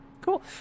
cool